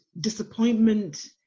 disappointment